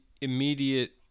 immediate